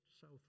south